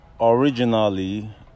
Originally